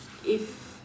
if